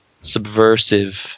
subversive